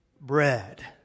bread